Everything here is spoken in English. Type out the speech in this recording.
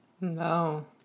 No